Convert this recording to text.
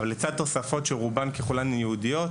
אבל לצד תוספות שרובן ככולן ייעודיות,